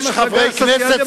היא מפלגה סוציאל-דמוקרטית.